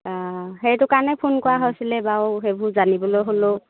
সেইটো কাৰণে ফোন কৰা হৈছিলে বাৰু সেইবোৰ জানিবলৈ হ'লেও